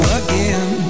again